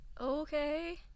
Okay